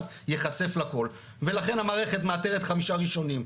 ייחשף לכל ולכן המערכת מאתרת חמישה ראשונים,